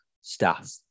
staff